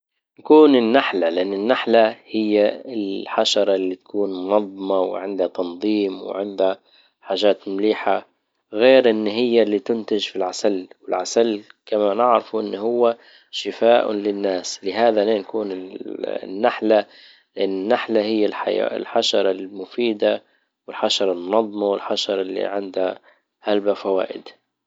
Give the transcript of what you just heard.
كون النحلة لان النحلة هي الحشرة اللي تكون منظمة وعندها تنظيم وعندها حاجات مليحة. غير ان هي اللي تنتج في العسل. والعسل كما نعرف ان هو شفاء للناس، لهذا لان يكون النحلة لان النحله هى الحشرة المفيدة والحشرة المنظمة والحشرة اللي عندها هلبا فوائد.